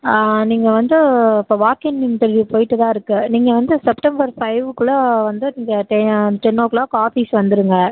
நீங்கள் வந்து இப்போ வாக்கிங் இன்டர்வியூ போய்ட்டுதான் இருக்குது நீங்கள் வந்து செப்டம்பர் ஃபைவ் குள்ள வந்து இந்த டெ டென் ஓ க்ளாக் ஆஃபீஸ் வந்துடுங்க